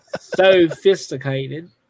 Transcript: Sophisticated